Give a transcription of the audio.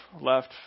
left